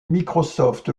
microsoft